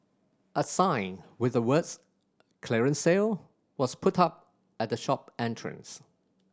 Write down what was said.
a sign with the words clearance sale was put up at the shop entrance